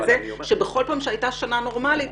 כל פעם שהייתה שנה נורמלית,